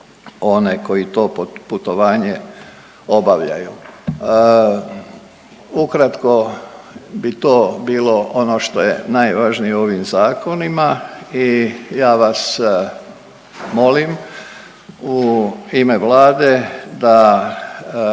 one koji to putovanje obavljaju. Ukratko bi to bilo ono što je najvažnije u ovim zakonima i ja vas molim u ime Vlade da